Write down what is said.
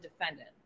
defendant